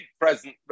present